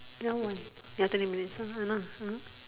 ya what ya twenty minutes ah !hanna! ah